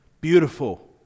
beautiful